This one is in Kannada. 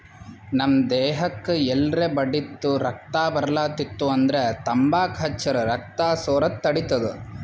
ನಮ್ ದೇಹಕ್ಕ್ ಎಲ್ರೆ ಬಡ್ದಿತ್ತು ರಕ್ತಾ ಬರ್ಲಾತಿತ್ತು ಅಂದ್ರ ತಂಬಾಕ್ ಹಚ್ಚರ್ ರಕ್ತಾ ಸೋರದ್ ತಡಿತದ್